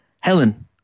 Helen